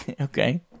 okay